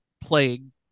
playing